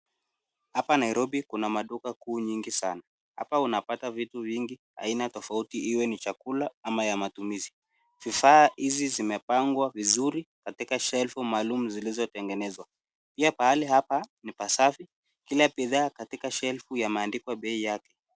Hapa Nairobi kuna maduka kuu nyingi sana. Hapa unapata vitu vingi aina tofauti iwe ni chakula ama ya matumizi. Vifaa hizi zimepangwa vizuri katika shelf maalum zilizotengenezwa. Pia pahali hapa ni pasafi. Kila bidhaa katika shelf imeandikwa bei yake.